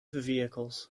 vehicles